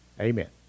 Amen